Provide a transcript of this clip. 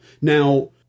Now